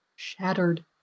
shattered